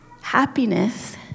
Happiness